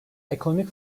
ekonomik